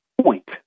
point